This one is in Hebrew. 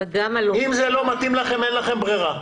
אם זה לא מתאים לכם, אין לכם ברירה.